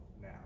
now